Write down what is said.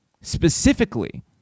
Specifically